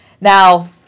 Now